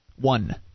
One